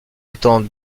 étant